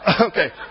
Okay